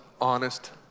honest